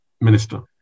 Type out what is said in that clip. Minister